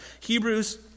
Hebrews